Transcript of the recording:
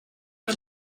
kan